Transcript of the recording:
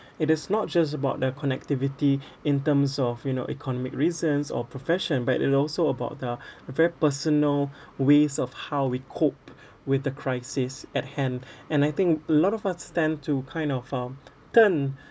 it is not just about their connectivity in terms of you know economic reasons or profession but it also about the a very personal ways of how we cope with the crisis at hand and I think a lot of us tend to kind of um turn